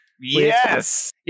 Yes